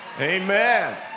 Amen